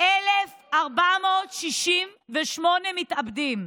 1,468 מתאבדים.